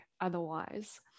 otherwise